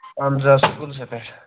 آہَن حظ آ سکوٗلسٕے پیٚٹھ